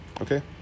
Okay